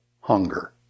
hunger